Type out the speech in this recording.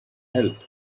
help